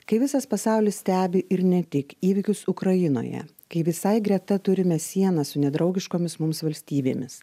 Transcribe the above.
kai visas pasaulis stebi ir ne tik įvykius ukrainoje kai visai greta turime sieną su nedraugiškomis mums valstybėmis